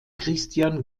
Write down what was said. christian